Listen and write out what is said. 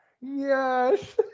yes